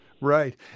Right